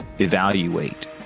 evaluate